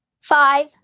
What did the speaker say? Five